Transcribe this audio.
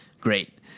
great